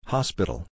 Hospital